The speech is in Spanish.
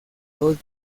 dos